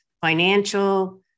financial